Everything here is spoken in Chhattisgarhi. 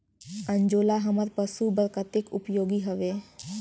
अंजोला हमर पशु बर कतेक उपयोगी हवे?